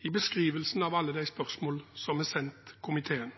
i beskrivelsen av alle de spørsmål som er sendt komiteen.